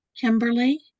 Kimberly